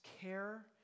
care